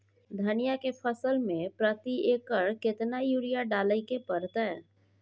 धनिया के फसल मे प्रति एकर केतना यूरिया डालय के परतय?